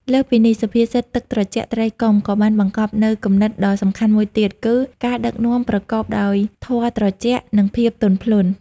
លើសពីនេះ សុភាសិត ទឹកត្រជាក់ ត្រីកុំ ក៏បានបង្កប់នូវគំនិតដ៏សំខាន់មួយទៀតគឺ ការដឹកនាំប្រកបដោយធម៌ត្រជាក់ និងភាពទន់ភ្លន់។